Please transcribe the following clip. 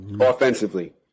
offensively